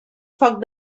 foc